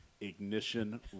Ignition